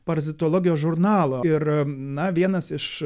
parazitologijos žurnalo ir na vienas iš